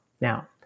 Now